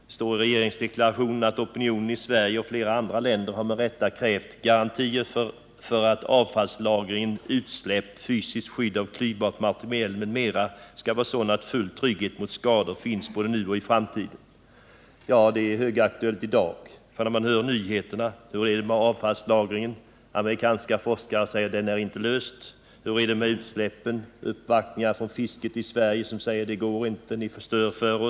Det står i regeringsdeklarationen: ”Opinionen i Sverige och flera andra länder har med rätta krävt garantier för att avfallslagring, utsläpp, fysiskt skydd av klyvbart material m.m. skall vara sådant att full trygghet mot skador finns både nu och i framtiden.” Detta är högaktuellt i dag. Hur är det med avfallslagringen? Vi har nyligen fått veta att amerikanska forskare anser att den frågan inte är löst. Hur är det med utsläppen? Företrädare för Sveriges fiskare har gjort uppvaktningar och sagt att kärnkraftverken förstör för dem.